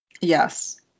Yes